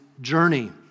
journey